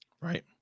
Right